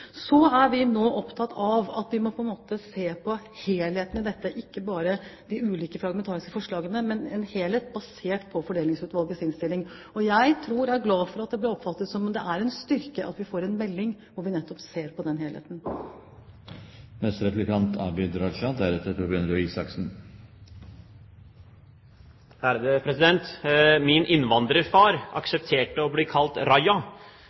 Så er vi nå opptatt av at vi på en måte må se på helheten i dette – ikke bare de ulike fragmentariske forslagene, men en helhet basert på Fordelingsutvalgets innstilling. Jeg tror, og jeg er glad for, at det blir oppfattet som at det er en styrke at vi får en melding hvor vi nettopp ser på den helheten. Min innvandrerfar aksepterte å bli kalt Raja.